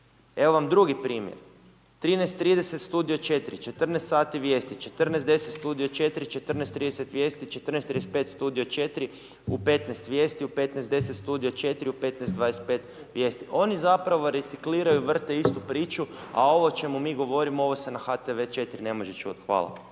Evo vam drugi primjer. 13:30 sati Studio 4, 14:00 vijesti, 14:10 Studio 4, 14:30 vijesti, 14:35 Studio 4, u 15:00 vijesti, u 15:10 Studio 4, u 15:25 vijesti. Oni zapravo recikliraju, vrte istu priču, a ovo o čemu mi govorimo, ovo se na HTV 4 ne može čuti. Hvala.